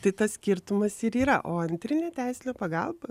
tai tas skirtumas ir yra o antrinė teisinė pagalba